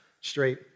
straight